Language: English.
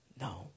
No